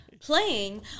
Playing